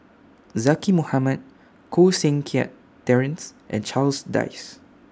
Zaqy Mohamad Koh Seng Kiat Terence and Charles Dyce